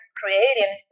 creating